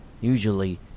Usually